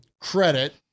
credit